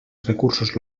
recursos